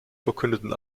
verkündeten